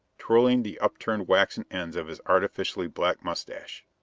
twirling the upturned waxen ends of his artificially black mustache.